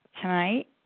tonight